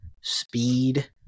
speed